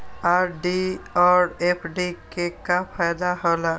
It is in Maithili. आर.डी और एफ.डी के का फायदा हौला?